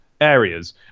areas